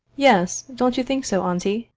yes, don't you think so, auntie?